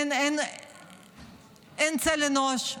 אין צל אנוש.